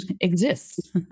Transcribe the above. exists